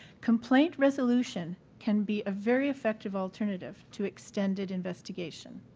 complaint resolution can be a very effective alternative to extended investigation.